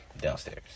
Downstairs